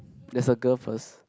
there's a girl first